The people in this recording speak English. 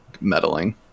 meddling